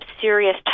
serious